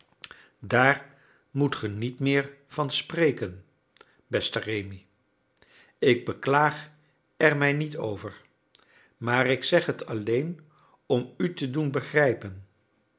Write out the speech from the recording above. daar moet ge niet meer van spreken beste rémi ik beklaag er mij niet over maar ik zeg het alleen om u te doen begrijpen